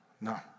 No